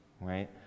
right